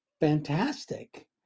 fantastic